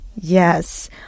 Yes